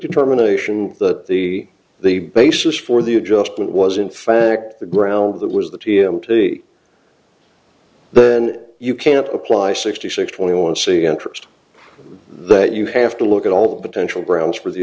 determination that the the basis for the adjustment was in fact the ground that was the t m t then you can't apply sixty six twenty one see interest that you have to look at all the tension grounds for the